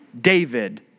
David